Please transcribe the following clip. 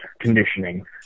conditioning